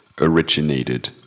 originated